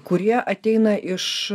kurie ateina iš